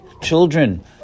children